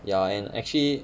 ya and actually